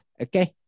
Okay